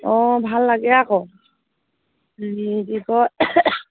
অঁ ভাল লাগে আকৌ হেৰি কি কয়